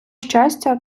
щастя